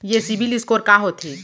ये CIBIL score का होथे?